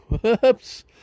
whoops